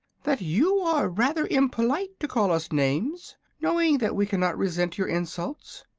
that you are rather impolite to call us names, knowing that we cannot resent your insults.